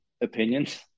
opinions